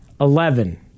Eleven